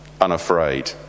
unafraid